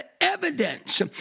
evidence